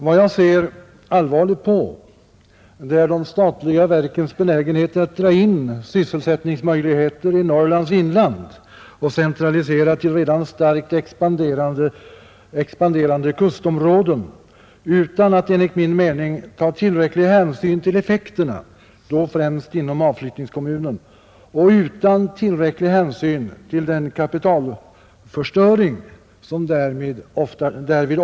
Vad jag ser allvarligt på är de statliga verkens benägenhet att dra in sysselsättningsmöjligheter i Norrlands inland och centralisera till redan starkt expanderande kustområden utan att enligt min mening ta tillräcklig hänsyn till effekterna, då främst inom avflyttningskommunen, och utan att ta tillräcklig hänsyn till den kapitalförstöring som därvid ofta sker.